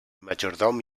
majordom